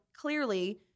clearly